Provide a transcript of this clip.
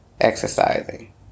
Exercising